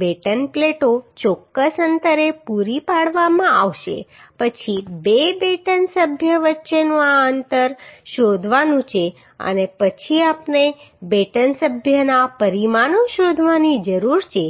batten પ્લેટો ચોક્કસ અંતરે પૂરી પાડવામાં આવશે પછી બે બેટન સભ્યો વચ્ચેનું આ અંતર શોધવાનું છે અને પછી આપણે બેટન સભ્યના પરિમાણો શોધવાની જરૂર છે